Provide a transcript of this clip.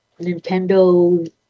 Nintendo